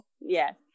Yes